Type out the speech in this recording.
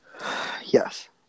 Yes